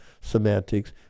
semantics